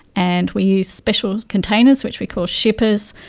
and we use special containers which we call shippers.